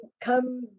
come